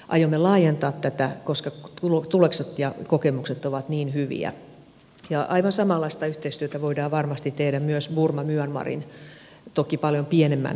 aiomme laajentaa tätä koska tulokset ja kokemukset ovat niin hyviä ja aivan samanlaista yhteistyötä voidaan varmasti tehdä myös burma myanmarin toki paljon pienemmän diasporan kanssa